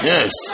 Yes